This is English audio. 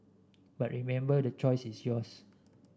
but remember the choice is yours